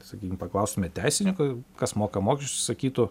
sakykim paklaustume teisininkų kas moka mokesčius sakytų